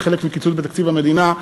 זה חלק מקיצוץ בתקציב המדינה.